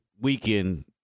weekend